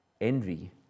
envy